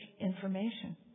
information